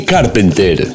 Carpenter